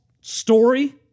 story